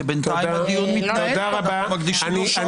כי בינתיים הדיון מתנהל ואנחנו מקדישים לו שעות.